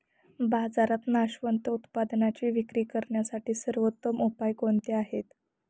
बाजारात नाशवंत उत्पादनांची विक्री करण्यासाठी सर्वोत्तम उपाय कोणते आहेत?